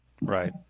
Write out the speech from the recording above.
right